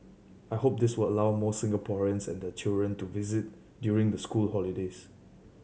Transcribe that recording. I hope this will allow more Singaporeans and their children to visit during the school holidays